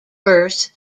verse